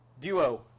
duo